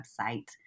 website